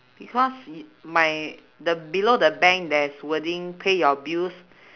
because i~ my the below the bank there's wording pay your bills